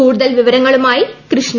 കൂടുതൽ വിവരങ്ങളുമാിയിക്ൃഷ്ണ